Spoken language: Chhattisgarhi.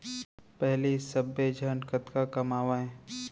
पहिली सब्बे झन कतका कमावयँ